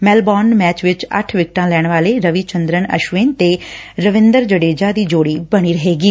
Melbourne match ਵਿਚ ਅੱਠ ਵੈਂਕਟਾ ਲੈਣ ਵਾਲੇ ਰਵੀ ਚੰਦਰਰਨ ਅਸ਼ਵਿਨ ਤੇ ਰਵੰਦਰ ਜਡੇਜਾ ਦੀ ਜੋੜੀ ਬਣੀ ਰਹੇਗੀ